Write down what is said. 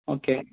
okay